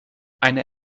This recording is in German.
eine